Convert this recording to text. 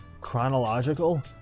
chronological